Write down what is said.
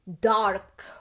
dark